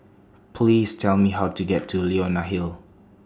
Please Tell Me How to get to Leonie Hill